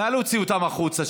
נא להוציא אותם החוצה.